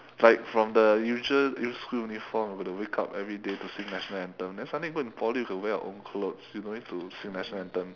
like from the usual use school uniform you gotta wake up everyday to sing national anthem then suddenly go in poly you could wear your own clothes you no need to sing national anthem